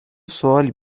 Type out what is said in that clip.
سوالی